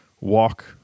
walk